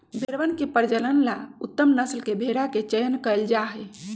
भेंड़वन के प्रजनन ला उत्तम नस्ल के भेंड़ा के चयन कइल जाहई